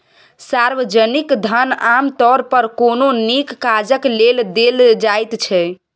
सार्वजनिक धन आमतौर पर कोनो नीक काजक लेल देल जाइत छै